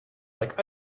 like